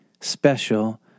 special